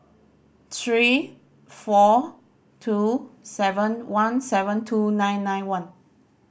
three four two seven one seven two nine nine one